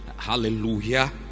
Hallelujah